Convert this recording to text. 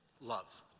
love